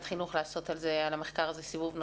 החינוך לעשות על המחקר הזה סיבוב נוסף.